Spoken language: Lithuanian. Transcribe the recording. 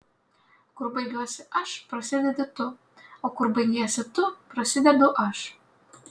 kur baigiuosi aš prasidedi tu o kur baigiesi tu prasidedu aš